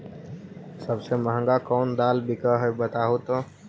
सबसे महंगा कोन दाल बिक है बताहु तो?